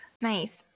Nice